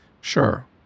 Sure